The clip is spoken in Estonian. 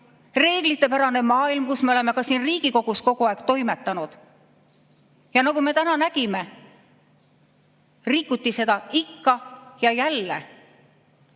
reeglitepärane maailm, kus me oleme ka siin Riigikogus kogu aeg toimetanud? Nagu me täna oleme näinud, seda on ikka ja jälle